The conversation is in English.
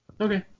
Okay